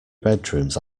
bedrooms